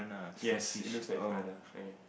yes it looks like piranha okay